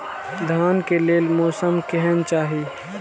धान के लेल मौसम केहन चाहि?